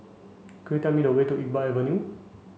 could you tell me the way to Iqbal Avenue